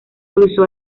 cruzó